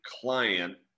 client